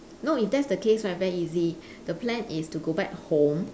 no if that's the case right very easy the plan is to go back home